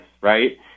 right